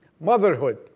Motherhood